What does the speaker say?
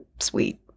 sweet